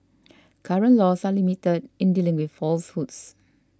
current laws are limited in dealing with falsehoods